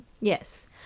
Yes